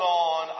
on